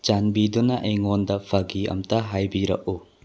ꯆꯥꯟꯕꯤꯗꯨꯅ ꯑꯩꯉꯣꯟꯗ ꯐꯥꯒꯤ ꯑꯝꯇ ꯍꯥꯏꯕꯤꯔꯛꯎ